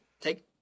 Take